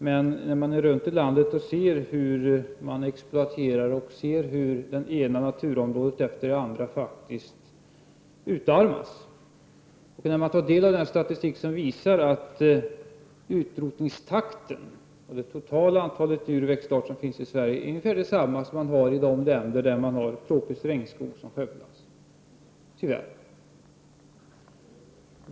Man är dock inte lika lugn om man ser hur det exploateras runt om i landet, där det ena naturområdet efter det andra faktiskt utarmas och när man har tagit del av statistik som visar att takten för utrotning av det totala antalet djuroch växtarter som finns i Sverige är ungefär densamma som i de länder där man skövlar tropiska regnskogar. Det är tyvärr så.